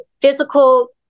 physical